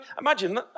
Imagine